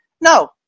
No